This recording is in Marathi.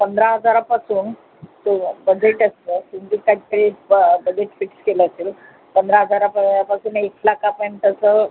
पंधरा हजारापासून ते बजेट असतं तुमचं काय तरी ब बजेट फिक्स केलं असेल पंधरा प हजारापासून एक लाखापर्यंतचं